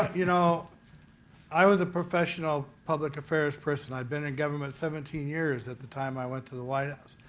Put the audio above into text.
you know i was a professional public appearance person. i had been in government seventeen years at the time i went to the white house.